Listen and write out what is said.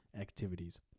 activities